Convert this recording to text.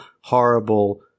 horrible